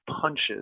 punches